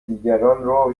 دیگران